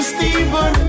Stephen